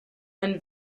and